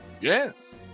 Yes